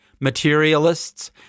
materialists